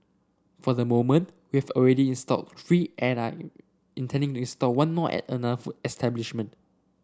for the moment we have already installed three and intending to install one more at another food establishment